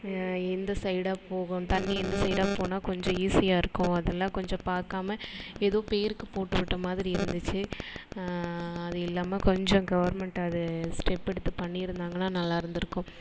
எந்த சைடாக போகணும் தண்ணி எந்த சைடாக போனால் கொஞ்சம் ஈஸியாக இருக்கும் அதெல்லாம் கொஞ்சம் பார்க்காம எதோ பேருக்கு போட்டு விட்ட மாதிரி இருந்துச்சு அது இல்லாமல் கொஞ்சம் கவர்மெண்ட் அது ஸ்டெப் எடுத்து பண்ணிருந்தாங்கன்னா நல்லா இருந்துருக்கும்